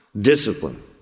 discipline